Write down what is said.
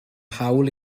hawl